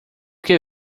que